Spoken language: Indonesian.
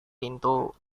pintu